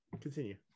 Continue